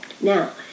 Now